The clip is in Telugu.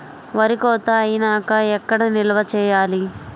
వరి కోత అయినాక ఎక్కడ నిల్వ చేయాలి?